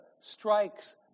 strikes